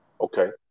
Okay